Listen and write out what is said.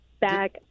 Back